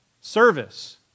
Service